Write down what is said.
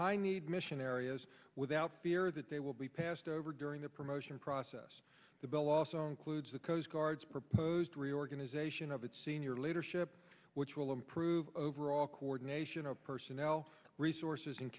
high need mission areas without fear that they will be passed over during the promotion process the bell also includes the coast guard's proposed reorganization of its senior leadership which will improve overall coordination of personnel resources and